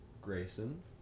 Grayson